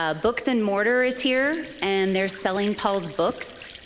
ah books and mortar is here, and they're selling paul's books.